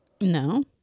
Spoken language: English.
No